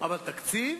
אבל תקציב?